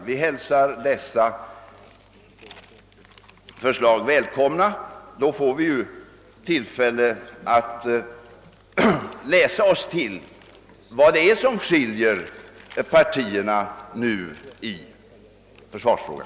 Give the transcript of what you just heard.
Vi hälsar dessa välkomna, ty då får vi tillfälle att läsa oss till vad det nu är som skiljer partierna i försvarsfrågan.